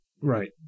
Right